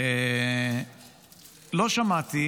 לא שמעתי